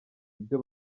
ibyo